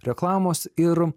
reklamos ir